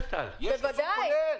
איסור כולל.